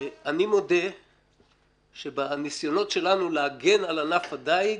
אני מודה שבניסיונות שלנו להגן על ענף הדייג,